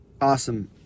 awesome